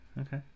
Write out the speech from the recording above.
okay